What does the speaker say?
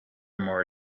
more